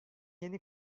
yeni